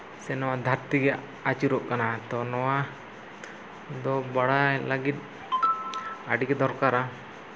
ᱥᱮ ᱱᱚᱣᱟ ᱫᱷᱟᱹᱨᱛᱤ ᱜᱮ ᱟᱹᱪᱩᱨᱚᱜ ᱠᱟᱱᱟ ᱛᱚ ᱱᱚᱣᱟ ᱫᱚ ᱵᱟᱲᱟᱭ ᱞᱟᱹᱜᱤᱫ ᱟᱹᱰᱤ ᱜᱮ ᱫᱚᱨᱠᱟᱨᱟ